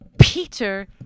peter